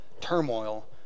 turmoil